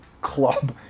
Club